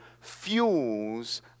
fuels